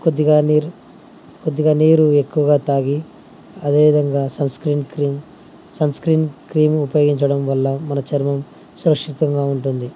కొద్దిగా నీరు కొద్దిగా నీరు ఎక్కువగా తాగి అదేవిధంగా సన్స్క్రీన్ క్రీమ్ సన్స్క్రీన్ క్రీమ్ ఉపయోగించడం వల్ల మన చర్మం సురక్షితంగా ఉంటుంది